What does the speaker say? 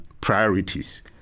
priorities